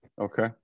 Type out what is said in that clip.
Okay